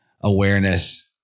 awareness